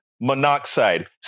monoxide